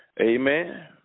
Amen